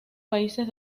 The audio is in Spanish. países